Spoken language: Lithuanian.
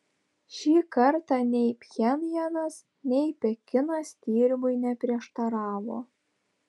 šį kartą nei pchenjanas nei pekinas tyrimui neprieštaravo